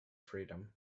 freedom